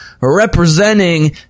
representing